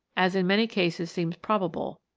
as in many cases seems probable,